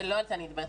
לא על זה אני מדברת.